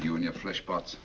you and your flesh pots